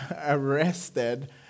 arrested